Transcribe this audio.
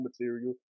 material